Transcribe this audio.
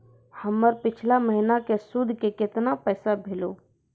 हमर पिछला महीने के सुध के केतना पैसा भेलौ?